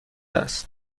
است